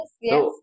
yes